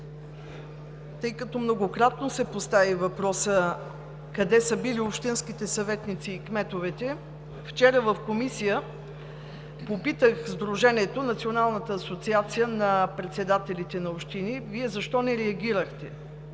Тъй като многократно се постави въпросът къде са били общинските съветници и кметовете, вчера в Комисията попитах Сдружението – Националната асоциация на председателите на общини: „Вие защо не реагирахте?“,